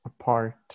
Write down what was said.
apart